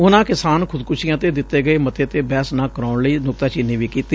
ਉਨ੍ਨਾ ਕਿਸਾਨ ਖੁਦਕੁਸ਼ੀਆ ਤੇ ਦਿੱਤੇ ਗਏ ਮੱਤੇ ਤੇ ਬਹਿਸ ਨਾ ਕਰਾਊਣ ਲਈ ਨੁਕਤਾਚੀਨੀ ਵੀ ਕੀਤੀ